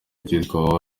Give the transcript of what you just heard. ryitwa